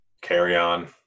carry-on